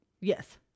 Yes